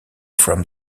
from